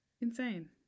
insane